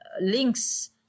links